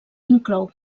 inclou